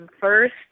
first